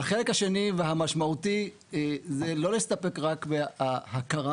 החלק השני והמשמעותי זה לא להסתפק רק בהכרה